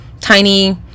tiny